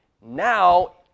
now